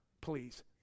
Please